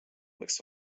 võiks